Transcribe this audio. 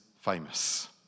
famous